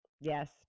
Yes